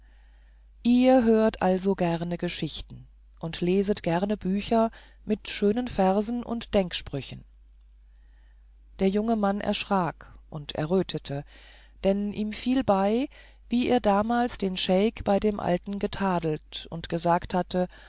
ihr hört also sehr gerne geschichten und leset gerne bücher mit schönen versen und denksprüchen der junge mann erschrak und errötete denn ihm fiel bei wie er damals den scheik bei dem alten getadelt und gesagt hatte